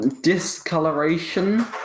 discoloration